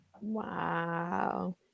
Wow